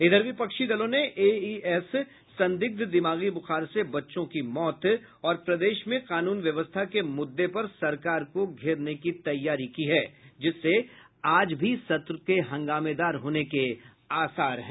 इधर विपक्षी दलों ने एईएस संदिग्ध दिमागी बुखार से बच्चों की मौत और प्रदेश में कानून व्यवस्था के मुद्दे पर सरकार को घेरने की तैयारी की है जिससे आज भी सत्र में हंगामेदार होने के आसार हैं